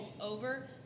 over